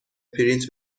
پرینت